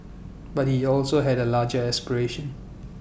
but he also had A larger aspiration